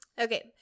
Okay